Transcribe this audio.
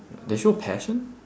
they show passion